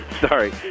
sorry